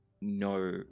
no